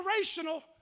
generational